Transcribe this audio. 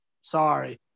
Sorry